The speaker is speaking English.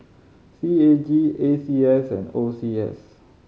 C A G A C S and O C S